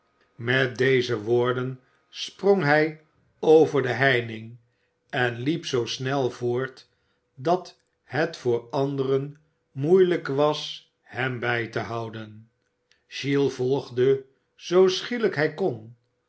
met deze woorden sprong hij over de heining en liep zoo snel voort dat het voor de anderen moeilijk was hem bij te houden oiles volgde zoo schielijk hij kon